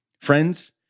Friends